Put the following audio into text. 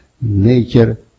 nature